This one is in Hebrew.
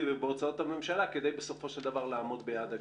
ובהוצאות הממשלה כדי לעמוד ביעד הגירעון.